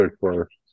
first